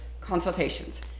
consultations